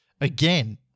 again